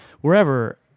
wherever